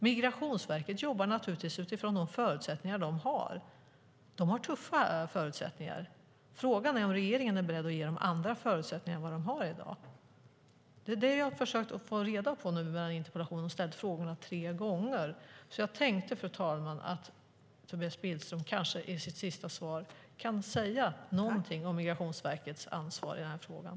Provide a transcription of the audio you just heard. Migrationsverket jobbar naturligtvis utifrån de förutsättningar de har. De har tuffa förutsättningar. Frågan är om regeringen är beredd att ge dem andra förutsättningar än vad de har i dag. Det är det jag har försökt få reda på med min interpellation, och jag har ställt frågorna tre gånger. Jag hoppas, fru talman, att Tobias Billström i sitt sista inlägg kan säga något om Migrationsverkets ansvar i den här frågan.